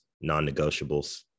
non-negotiables